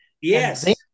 Yes